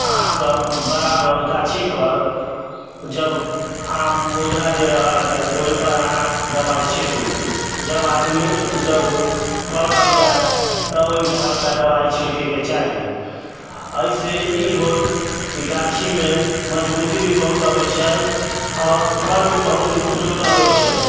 अहाँसब बराबर गाछीपर जब आम मोजरा दै रहल हइ ओहिपर अहाँ दबाइ छिड़कू जब आदमी जब फल लगि जाइ तब ओहिमे हल्का दबाइ छिड़कैके चाही एहिसँ ई होत कि गाछीमे मजबूती भी बहुत अबै छै आओर फल भी बहुत सुन्दर होइ छै